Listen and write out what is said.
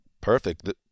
perfect